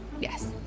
Yes